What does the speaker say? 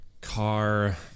car